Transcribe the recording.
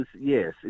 yes